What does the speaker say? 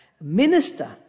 minister